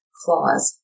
clause